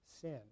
sin